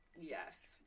yes